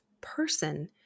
person